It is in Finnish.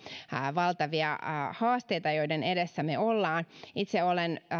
valtavia haasteita joiden edessä me olemme itse olen